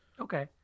Okay